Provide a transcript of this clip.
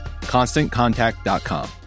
Constantcontact.com